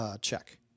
check